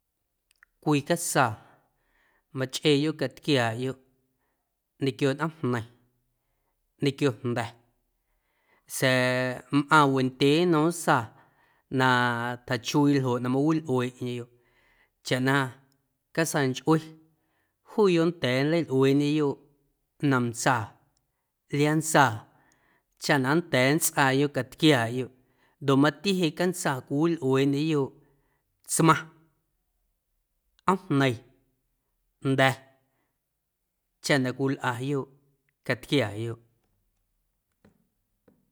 Cwii casaa machꞌeeyoꞌ catquiaaꞌyoꞌ ñequio nꞌoomjneiⁿ, ñequio jnda̱ sa̱a̱ mꞌaⁿ wendyee nnom asaa na tjachuiiꞌ ljoꞌ na mawilꞌueeꞌñeyoꞌ chaꞌ na casaa nchꞌue juuyoꞌ nnda̱a̱ nleilꞌueeꞌñeyoꞌ nomntsaa, liaantsaa chaꞌ na nnda̱a̱ nntsꞌaayoꞌ catquiaaꞌyoꞌ ndoꞌ mati cantsaa cwiwilꞌueeꞌndyeyoꞌ tsmaⁿ, nꞌoomjneiⁿ, jnda̱ chaꞌ na cwilꞌayoꞌ catquiaayoꞌ.